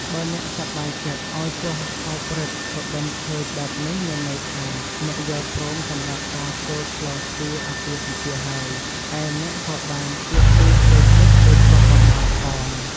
បើអ្នកសប្បាយចិត្តឲ្យពស់អោបរឹត សុបិនឃើញបែបនេះ មានន័យថា អ្នកយល់ព្រមសម្រាប់ការចូលខ្លោងទ្វារអាពាហ៍ពិពាហ៍ហើយ ឯអ្នកក៏បានជួបគូព្រេងពិតដូចគាប់បំណងផង៕